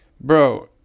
bro